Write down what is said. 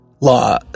law